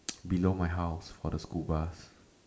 below my house for the school bus